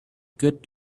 good